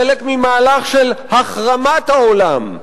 חלק ממהלך של החרמת העולם.